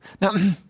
Now